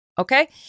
Okay